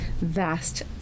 vast